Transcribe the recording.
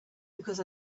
because